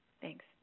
Thanks